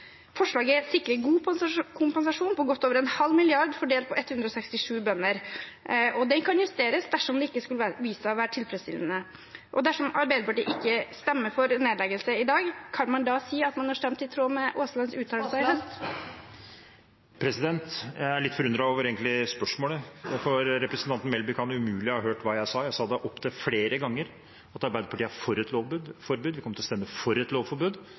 Forslaget sikrer god kompensasjon på godt over en halv milliard fordelt på 167 bønder, og den kan justeres dersom det skulle vise seg ikke å være tilfredsstillende. Dersom Arbeiderpartiet ikke stemmer for nedleggelse i dag, kan man da si at man har stemt i tråd med representanten Aaslands uttalelse i fjor høst? Jeg er egentlig litt forundret over spørsmålet. Representanten Melby kan umulig ha hørt hva jeg sa. Jeg sa opptil flere ganger at Arbeiderpartiet er for et lovforbud. Vi kommer til å stemme for et lovforbud